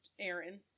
Aaron